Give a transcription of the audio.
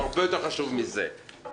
הרבה יותר חשוב מזה שמונח בפנינו,